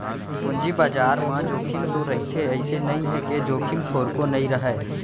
पूंजी बजार म जोखिम तो रहिथे अइसे नइ हे के जोखिम थोरको नइ रहय